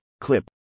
CLIP